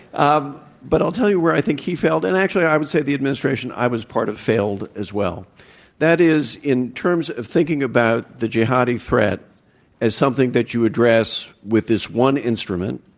um but i'll tell you where i think he failed, and, actually, i would say the administration i was part of failed as well that is in terms of thinking about the jihadi threat as something that you address with this one instrument,